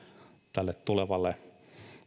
tälle tulevalle